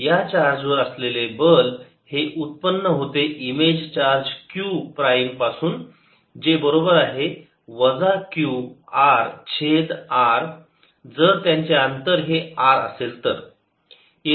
या चार्ज वर असलेले बल हे उत्पन्न होते इमेज चार्ज q प्राईम पासून जे बरोबर आहे वजा q R छेद r जर त्यांचे अंतर हे r असेल तर